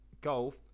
golf